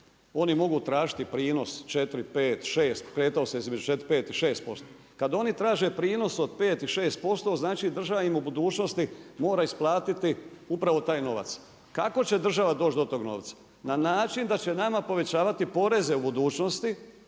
Oni mogu tražiti prinos 4, 5, 6 kretao se između 4, 5 i 6%. Kad oni traže prinos od 5 i 6% znači država im u budućnosti mora isplatiti upravo taj novac. Kako će država doći do tog novca? Na način da će nama povećavati poreze u budućnosti,